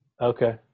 Okay